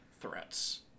threats